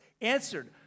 answered